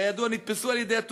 שכידוע נתפסו על-ידי הטורקים,